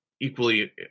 equally